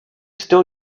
still